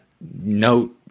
note